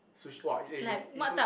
sush~ !wah! eh you you don't